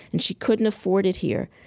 and she couldn't afford it here.